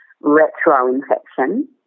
retro-infection